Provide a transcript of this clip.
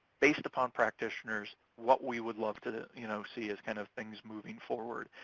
based upon practitioners, what we would love to you know see as kind of things moving forward.